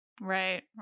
right